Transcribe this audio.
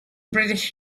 british